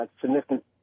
significant